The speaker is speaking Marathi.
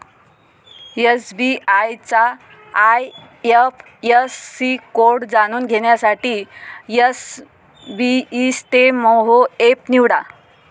एस.बी.आय चा आय.एफ.एस.सी कोड जाणून घेण्यासाठी एसबइस्तेमहो एप निवडा